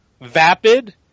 vapid